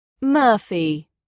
Murphy